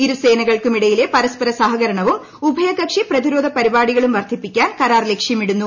ഇരുസേനകൾക്കും ഇടയിലെ പരസ്പര സഹകരണവും ഉഭയകക്ഷി പ്രതിരോധ പരിപാടികളും വർദ്ധിപ്പി ക്കാൻ കരാർ ലക്ഷ്യമിടുന്നു